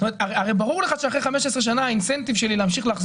הרי ברור לך שאחרי 15 שנים התמריץ שלי להמשיך להחזיק